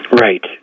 Right